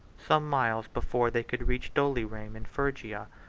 some miles before they could reach dorylaeum in phrygia,